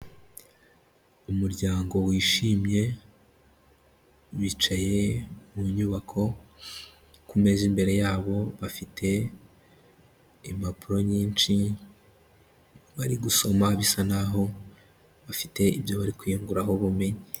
Umuryango wishimye bicaye mu nyubako, ku meza imbere yabo bafite impapuro nyinshi bari gusoma bisa naho bafite ibyo bari kwiyunguho ubumenyi.